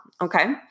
Okay